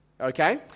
Okay